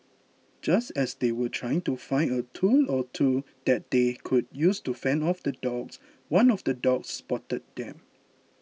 just as they were trying to find a tool or two that they could use to fend off the dogs one of the dogs spotted them